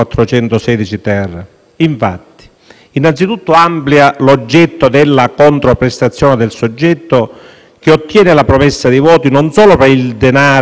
Innanzitutto, amplia l'oggetto della controprestazione del soggetto che ottiene la promessa di voti non solo per il denaro e ogni altra utilità,